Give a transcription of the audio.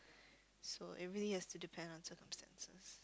so it really has to depend on circumstances